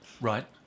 Right